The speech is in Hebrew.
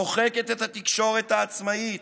מוחקת את התקשורת העצמאית,